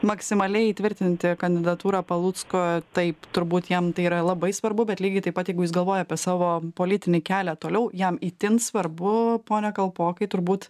maksimaliai įtvirtinti kandidatūrą palucko taip turbūt jam tai yra labai svarbu bet lygiai taip pat jeigu jis galvoja apie savo politinį kelią toliau jam itin svarbu pone kalpokai turbūt